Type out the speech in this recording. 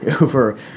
over